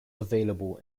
available